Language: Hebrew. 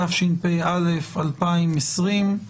התשפ"א-2020.